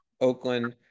Oakland